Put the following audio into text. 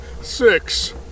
Six